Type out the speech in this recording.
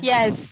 Yes